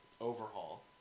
Overhaul